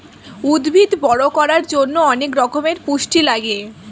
উদ্ভিদ বড় করার জন্যে অনেক রকমের পুষ্টি লাগে